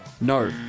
No